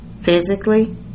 physically